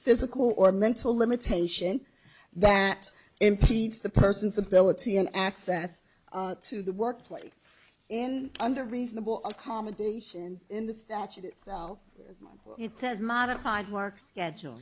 physical or mental limitation that impedes the person's ability and access to the workplace and under reasonable accommodation in the statute it says modified mark schedule